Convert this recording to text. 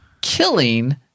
killing